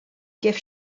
gift